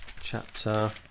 chapter